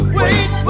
wait